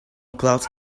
clouds